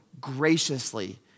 graciously